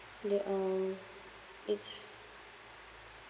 that um it's